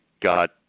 got